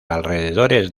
alrededores